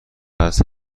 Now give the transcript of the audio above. است